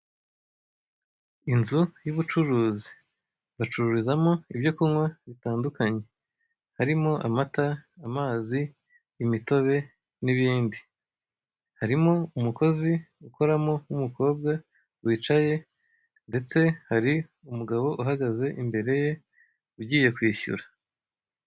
Inzu y'ubucuruzi bacururizamo ibyo kunywa bitandukanye harimo amata, amazi, imitobe n'ibindi, harimo umukozi ukoramo w'umukobwa wicaye ndetse hari umugabo uhagaze imbere ye ugiye kwishyura.